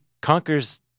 conquers